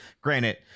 Granted